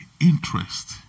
interest